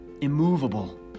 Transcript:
immovable